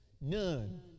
None